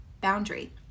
boundary